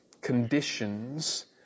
conditions